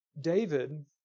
David